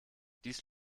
dies